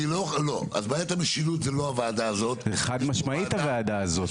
לא אז בעיית המשילות זה לא הוועדה הזאת חד משמעית הוועדה הזאת.